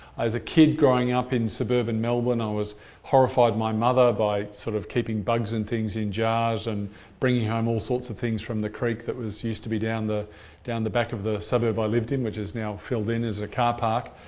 as a kid growing up in suburban melbourne, i always horrified my mother by sort of keeping bugs and things in jars and bringing home all sorts of things from the creek that used to be down the down the back of the suburb i lived in which is now filled in as a car park,